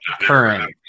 current